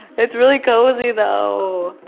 it's really cozy though.